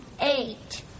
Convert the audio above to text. eight